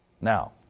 Now